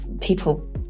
people